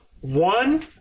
one